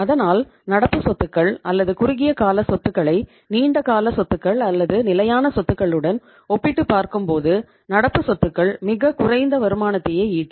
அதனால் நடப்பு சொத்துக்கள் அல்லது குறுகிய கால சொத்துக்களை நீண்டகால சொத்துக்கள் அல்லது நிலையான சொத்துக்களுடன் ஒப்பிட்டுப் பார்க்கும்போது நடப்பு சொத்துக்கள் மிக குறைந்த வருமானத்தையே ஈட்டும்